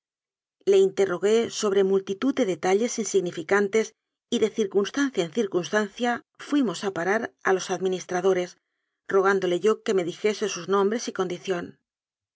le interrogué sobre multitud de detalles insignificantes y de circuns tancia en circunstancia fuimos a parar a los ad ministradores rogándole yo que me dijese sus nom bres y condición